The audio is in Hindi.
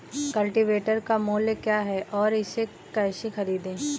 कल्टीवेटर का मूल्य क्या है और इसे कैसे खरीदें?